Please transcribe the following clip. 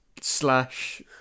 slash